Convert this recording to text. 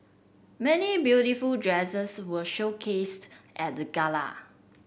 many beautiful dresses were showcased at the gala